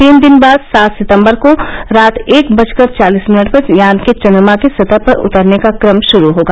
तीन दिन बाद सात सितम्बर को रात एक बजकर चालिस मिनट पर यान के चन्द्रमा की सतह पर उतरने का क्रम शुरू होगा